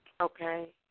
Okay